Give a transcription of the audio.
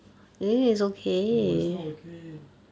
no it's not okay